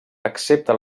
excepte